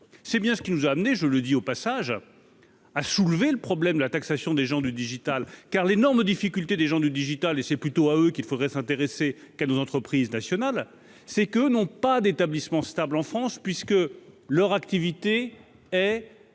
c'est bien ce qui nous a amené, je le dis au passage à soulever le problème, la taxation des gens du digital, car l'énorme difficulté des gens du digital et c'est plutôt à eux qu'il faudrait s'intéresser qu'à nos entreprises nationales, c'est que, non pas d'établissement stable en France, puisque leur activité et